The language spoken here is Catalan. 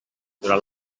durant